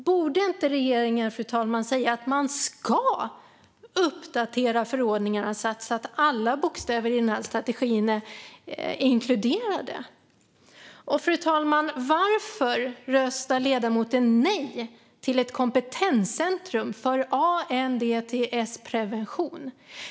Borde inte regeringen säga att man "ska" uppdatera förordningarna så att alla bokstäver i strategin är inkluderade, fru talman? Fru talman! Jag undrar också varför ledamoten röstar nej till ett kompetenscentrum för ANDTS-prevention.